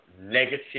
negative